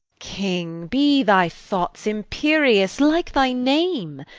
king, be thy thoughts imperious like thy name!